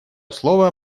слово